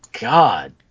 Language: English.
God